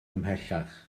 ymhellach